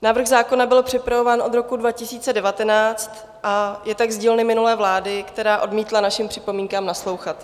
Návrh zákona byl připravován od roku 2019 a je tak z dílny minulé vlády, která odmítla našim připomínkám naslouchat.